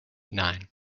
nine